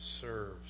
serves